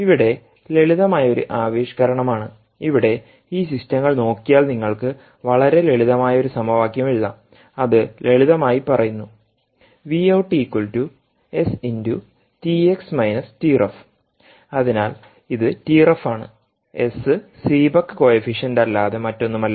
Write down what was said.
ഇവിടെ ലളിതമായ ഒരു ആവിഷ്കരണമാണ് ഇവിടെ ഈ സിസ്റ്റങ്ങൾ നോക്കിയാൽ നിങ്ങൾക്ക് വളരെ ലളിതമായ ഒരു സമവാക്യം എഴുതാം അത് ലളിതമായി പറയുന്നു Vout S × അതിനാൽ ഇത് TREF ആണ് എസ് സീബെക്ക് കോഫിഫിഷ്യന്റ് അല്ലാതെ മറ്റൊന്നുമല്ല